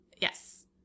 Yes